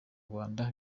rwanda